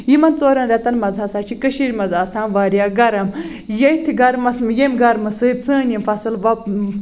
یِمن ژورَن رٮ۪تن منٛز ہسا چھُ کٔشیٖر منٛز آسان واریاہ گرم ییٚتھۍ گرمس ییٚمہِ گرمہٕ سۭتۍ سٲنۍ یِم فَصٕل وۄپ